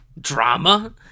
Drama